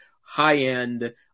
high-end